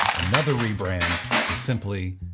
another rebrand to simply.